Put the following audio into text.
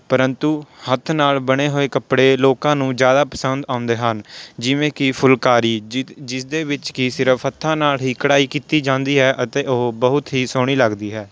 ਪਰੰਤੂ ਹੱਥ ਨਾਲ ਬਣੇ ਹੋਏ ਕੱਪੜੇ ਲੋਕਾਂ ਨੂੰ ਜ਼ਿਆਦਾ ਪਸੰਦ ਆਉਂਦੇ ਹਨ ਜਿਵੇਂ ਕਿ ਫੁਲਕਾਰੀ ਜਿਸ ਜਿਸ ਦੇ ਵਿੱਚ ਕਿ ਸਿਰਫ ਹੱਥਾਂ ਨਾਲ ਹੀ ਕਢਾਈ ਕੀਤੀ ਜਾਂਦੀ ਹੈ ਅਤੇ ਉਹ ਬਹੁਤ ਹੀ ਸੋਹਣੀ ਲੱਗਦੀ ਹੈ